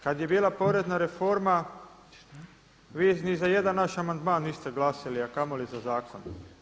Kad je bila porezna reforma vi ni za jedan naš amandman niste glasali, a kamoli za zakon.